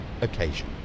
occasion